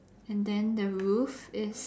and then the roof is